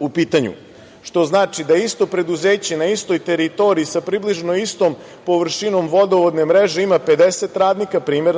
u pitanju, što znači da isto preduzeće na istoj teritoriji sa približno istom površinom vodovodne mreže ima 50 radnika, navodim primer,